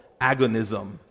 agonism